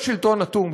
יש שלטון אטום,